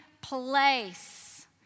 place